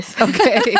Okay